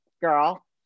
girl